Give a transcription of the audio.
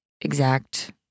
exact